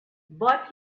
but